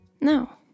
Now